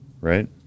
Right